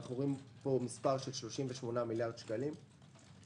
אנחנו רואים כאן 38 מיליארד שקלים,